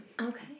Okay